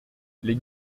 les